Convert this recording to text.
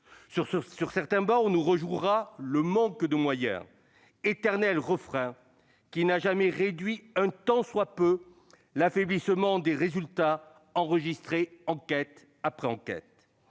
Sur certaines travées, on nous rejouera l'air du manque de moyens, éternel refrain qui n'a jamais réduit un tant soit peu l'affaiblissement des résultats enregistrés enquête après enquête.